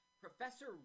Professor